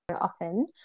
often